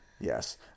Yes